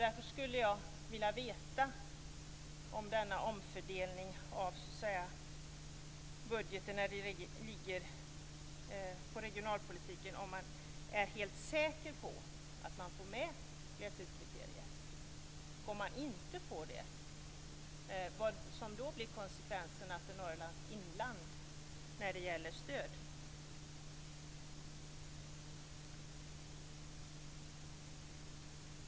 Därför skulle jag vilja veta om man i och med denna omfördelning av budgeten är helt säker på att man får med gleshetskriteriet när det gäller regionalpolitiken. Vad blir konsekvenserna för Norrlands inland när det gäller stöd om man inte får med det?